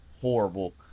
horrible